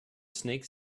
snake